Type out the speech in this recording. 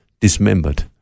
dismembered